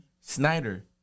Snyder